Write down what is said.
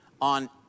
on